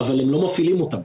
אבל הם לא מפעילים אותם,